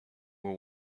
will